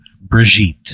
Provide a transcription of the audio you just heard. Brigitte